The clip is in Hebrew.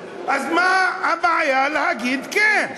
אז מה הבעיה להגיד כן?